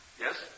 Yes